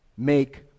make